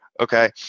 Okay